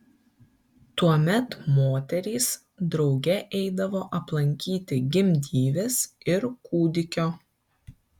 tuomet moterys drauge eidavo aplankyti gimdyvės ir kūdikio